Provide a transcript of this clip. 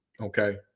Okay